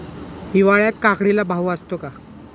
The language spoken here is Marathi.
हिवाळ्यात काकडीला भाव असतो का?